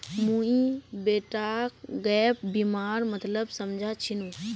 मुई बेटाक गैप बीमार मतलब समझा छिनु